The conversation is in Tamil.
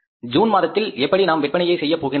ஜூன் மாதத்தில் எப்படி நாம் விற்பனையை செய்யப் போகின்றோம்